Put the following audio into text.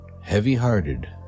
heavy-hearted